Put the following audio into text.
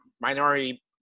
minority